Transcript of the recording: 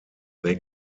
they